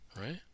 right